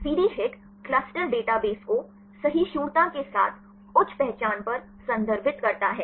CD HIT cluster database को सहिष्णुता के साथ उच्च पहचान पर संदर्भित करता है